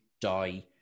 die